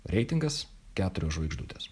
reitingas keturios žvaigždutės